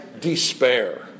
despair